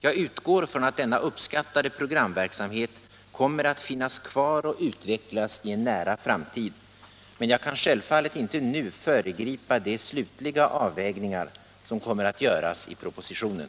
Jag utgår från att denna uppskattade programverksamhet kommer att finnas kvar och utvecklas i en nära framtid, men jag kan självfallet inte nu föregripa de slutliga avvägningar som kommer att göras i propositionen.